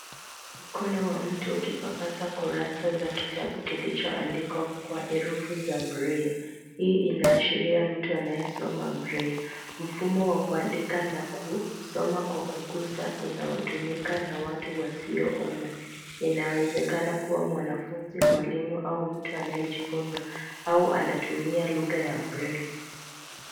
Mkono wa mtu ukipapasa kurasa za kitabu kilichoandikwa kwa herufi za[sc]braille .Hii inaashiria mtu anayesoma braille .Mfumo wa kuandika na kusoma kwa kugusa unaotumika na watu wasioona. Inawezekana kuwa mwanafunzi, mwalimu au mtu anayejifunza au anatumia lugha ya braille .